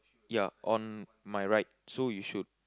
ya on my right so you should